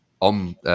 on